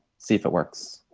see if it works?